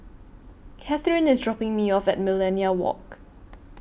Katheryn IS dropping Me off At Millenia Walk